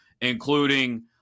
including